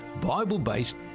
Bible-based